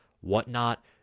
whatnot